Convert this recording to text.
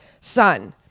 son